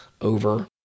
over